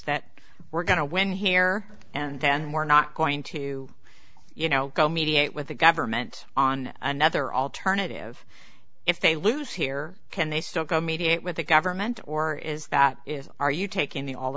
that we're going to win here and then we're not going to you know go mediate with the government on another alternative if they lose here can they still go mediate with the government or is that is are you taking the all